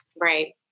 Right